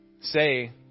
say